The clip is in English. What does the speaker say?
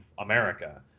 america